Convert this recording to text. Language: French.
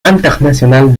international